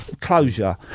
closure